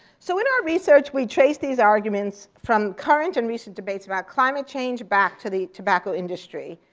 so in our research, we traced these arguments from current and recent debates about climate change back to the tobacco industry.